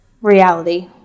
reality